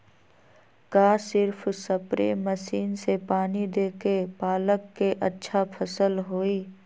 का सिर्फ spray machine से पानी देके पालक के अच्छा फसल होई?